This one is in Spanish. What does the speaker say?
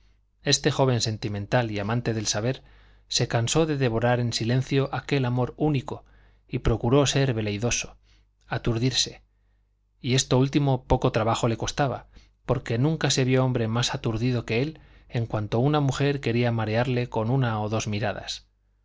este joven sentimental y amante del saber se cansó de devorar en silencio aquel amor único y procuró ser veleidoso aturdirse y esto último poco trabajo le costaba porque nunca se vio hombre más aturdido que él en cuanto una mujer quería marearle con una o dos miradas